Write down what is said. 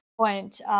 point